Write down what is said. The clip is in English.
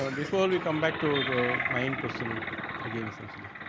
before we come back to the main question again essentially.